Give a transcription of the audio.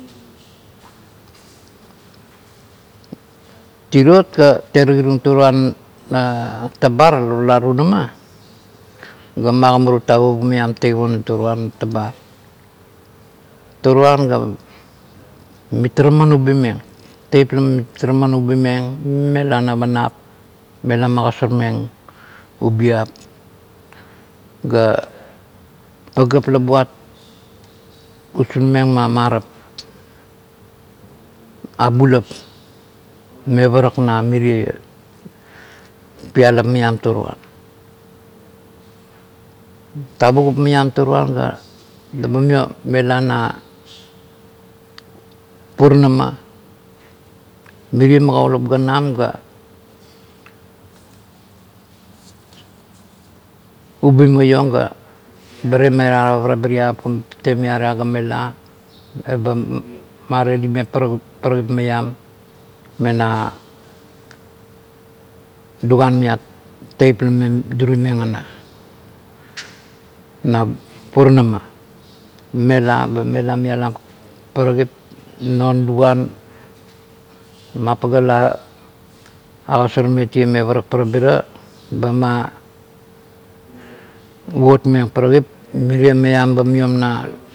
Tivot la terikirung toruan tabar lo tula tunama ga magimarang tavukup mang taip onum toruan tabar toruan la mitara man ubimeng teip la mitara man ubi meng mela na panap mela makosar meng ubiap ga la buat usim meng me abulap me parak na pilap maim toruan tavup maiam toruan ga leba mela na puraina mirie magaulap ganam ga ubi maiong a temaira ba ba temaira parabiriap ga temaira ga mela eba ma redi meng prakip maiam mena luguep teip la me durimeng ana, na puranama mela ba mela mailam parakip non luguan mapaga la kosimeng parabiraba ma livotmeng parakip mirie maim.